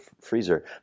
freezer